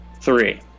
Three